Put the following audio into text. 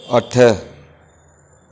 अठ